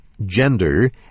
gender